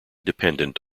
dependent